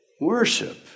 worship